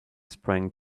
sprang